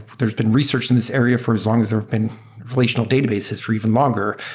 there's been research in this area for as long as there have been relational databases for even longer.